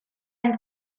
and